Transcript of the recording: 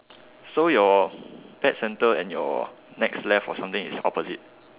so your pet center and your next left or something is opposite